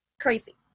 Crazy